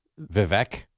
Vivek